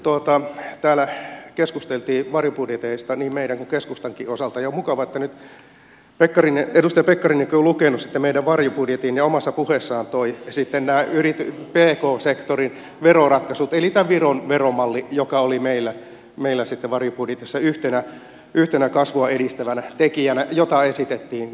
kun täällä keskusteltiin varjobudjeteista niin meidän kuin keskustankin osalta ja on mukavaa että nyt edustaja pekkarinenkin on lukenut meidän varjobudjettimme ja omassa puheessaan toi sitten nämä pk sektorin veroratkaisut eli tämän viron veromallin joka oli meillä varjobudjetissa yhtenä kasvua edistävänä tekijänä jota esitettiin myöskin ensi vuodelle